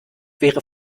wäre